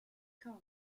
come